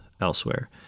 elsewhere